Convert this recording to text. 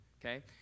okay